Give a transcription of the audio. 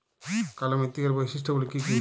কালো মৃত্তিকার বৈশিষ্ট্য গুলি কি কি?